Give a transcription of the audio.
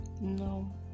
No